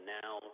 now